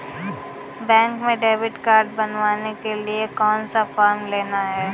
Bank में debit card बनवाने के लिए कौन सा फॉर्म लेना है?